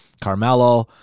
Carmelo